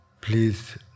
Please